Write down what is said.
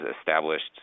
established